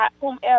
whomever